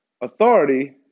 Authority